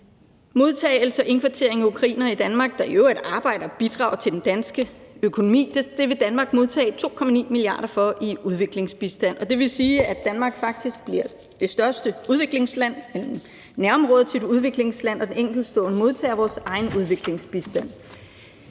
Modtagelse og indkvartering af ukrainere i Danmark, der i øvrigt arbejder og bidrager til den danske økonomi, vil Danmark modtage 2,9 mia. kr. for i udviklingsbistand, og det vil sige, at Danmark faktisk bliver det største udviklingsland – nærområde til et udviklingsland – og enkeltstående modtager af vores egen udviklingsbistand.